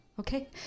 Okay